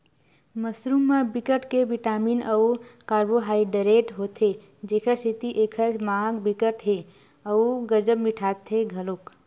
mushroom म बिकट के बिटामिन अउ कारबोहाइडरेट होथे जेखर सेती एखर माग बिकट के ह अउ गजब मिटाथे घलोक